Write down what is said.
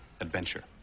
adventure